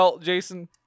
Jason